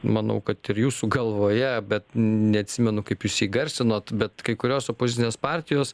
manau kad ir jūsų galvoje bet neatsimenu kaip jūs jį įgarsinot bet kai kurios opozicinės partijos